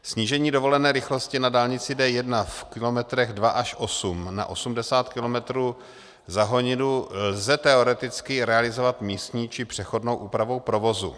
Snížení dovolené rychlosti na dálnici D1 v kilometrech 2 až 8 na 80 km za hodinu lze teoreticky realizovat místní či přechodnou úpravou provozu.